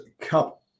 Cup